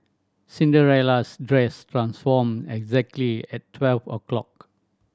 Cinderella's dress transformed exactly at twelve o' clock